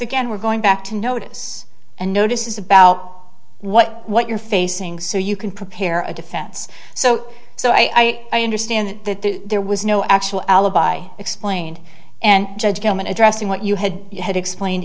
again we're going back to notice and notice is about what what you're facing so you can prepare a defense so so i understand that there was no actual alibi explained and judge gellman addressing what you had you had explained